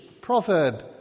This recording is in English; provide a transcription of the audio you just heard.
proverb